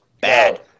bad